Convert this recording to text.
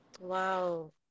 Wow